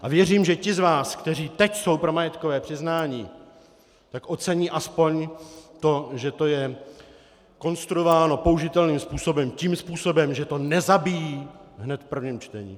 A věřím, že ti z vás, kteří teď jsou pro majetkové přiznání, ocení aspoň to, že to je konstruováno použitelným způsobem tak, že to nezabijí hned v prvním čtení.